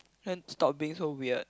then stop being so weird